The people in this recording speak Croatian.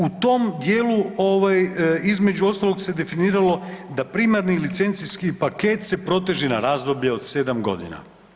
U tom dijelu ovaj između ostalog se definirano da primarni licencijski paket se proteže na razdoblje od 7 godina.